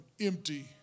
empty